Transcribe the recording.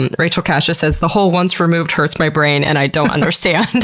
and rachel casha says the whole once removed hurts my brain and i don't understand.